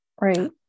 right